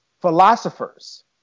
philosophers